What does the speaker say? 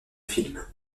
films